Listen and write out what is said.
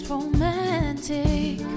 Romantic